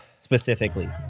specifically